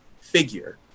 figure